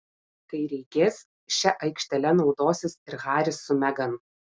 kai reikės šia aikštele naudosis ir haris su megan